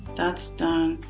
that's done.